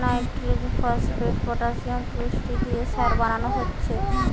nitrogen, phosphate, potassium পুষ্টি দিয়ে সার বানানা হচ্ছে